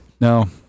No